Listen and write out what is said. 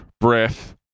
breath